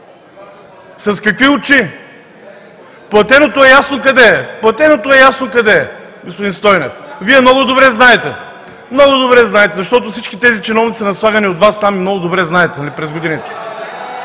С какви очи? Платеното е ясно къде е, господин Стойнев. Вие много добре знаете. Много добре знаете, защото всички тези чиновници са наслагани от Вас там и много добре знаете през годините.